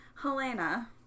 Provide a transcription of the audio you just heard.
Helena